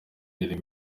iri